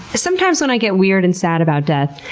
sometimes when i get weird and sad about death,